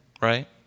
right